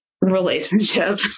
relationship